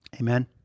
Amen